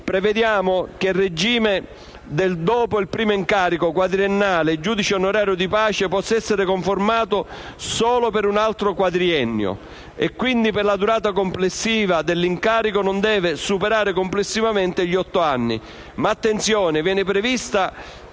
previsione che, dopo il primo incarico quadriennale, la funzione di giudice onorario di pace possa essere confermata solo per un altro quadriennio e, quindi, la durata complessiva dell'incarico non possa superare complessivamente gli otto anni.